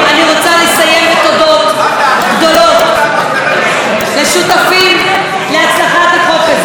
אני רוצה לסיים בתודות גדולות לשותפים להצלחת החוק הזה.